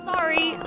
Sorry